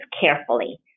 carefully